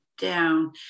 down